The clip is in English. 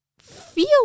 feel